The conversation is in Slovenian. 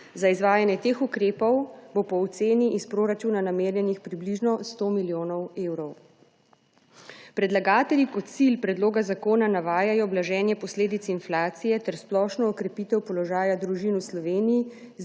Za izvajanje teh ukrepov bo po oceni iz proračuna namenjenih približno 100 milijonov evrov. Predlagatelji kot cilj predloga zakona navajajo blaženje posledic inflacije ter splošno okrepitev položaja družin v Sloveniji